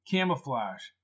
Camouflage